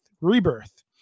Rebirth